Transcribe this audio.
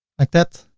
like that,